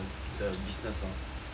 the business orh